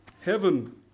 heaven